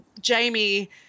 Jamie